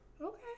Okay